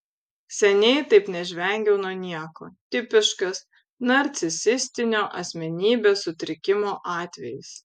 seniai taip nežvengiau nuo nieko tipiškas narcisistinio asmenybės sutrikimo atvejis